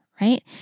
right